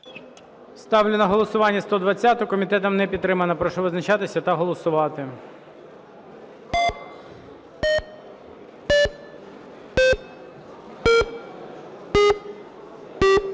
Ставлю на голосування 131 правку. Комітетом не підтримана. Прошу визначатися та голосувати.